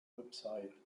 website